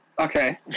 Okay